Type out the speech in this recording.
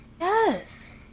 Yes